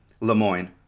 Lemoyne